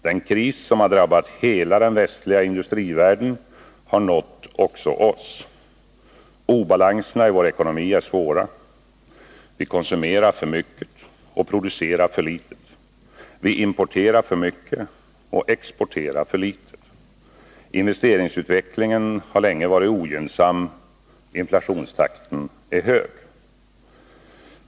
Den kris som har drabbat hela den västliga industrivärlden har nått också oss. Obalanserna i vår ekonomi är svåra. Vi konsumerar för mycket och producerar för litet. Vi importerar för mycket och exporterar för litet. Investeringsutvecklingen har länge varit ogynnsam. Inflationstakten är hög.